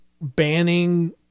banning